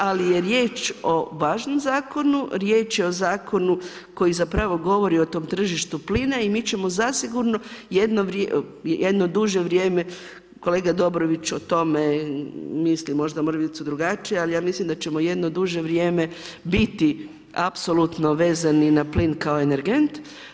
Ali, je riječ o važnom zakonu, riječ je o zakonu koji zapravo govori o tom tržištu plina i mi ćemo zasigurno jedno duže vrijeme, kolega Dobrović o tome, misli možda mrvicu drugačije, ali ja mislim, da ćemo jedno druže vrijeme biti apsolutno vezani na plin kao energent.